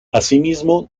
asimismo